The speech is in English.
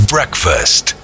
Breakfast